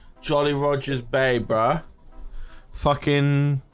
jolly rogers baber fucking